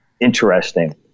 interesting